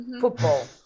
Football